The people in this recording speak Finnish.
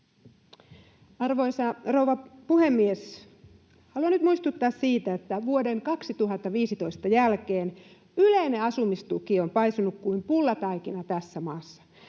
Arvoisa rouva puhemies! Haluan nyt muistuttaa, että vuoden 2015 jälkeen yleinen asumistuki on paisunut kuin pullataikina tässä maassa.